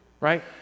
right